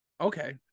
Okay